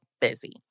busy